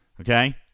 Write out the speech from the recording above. Okay